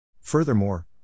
Furthermore